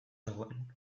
dagoen